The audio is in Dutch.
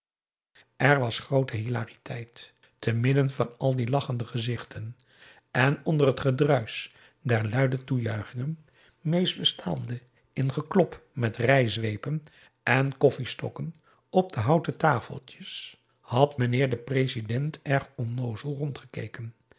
er was groote hilariteit te midden van al die lachende gezichten en onder het gedruisch der luide toejuichingen meest bestaande in geklop met rijzweepen en koffiestokken op de houten tafeltjes had meneer de president erg onnoozel